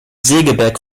segeberg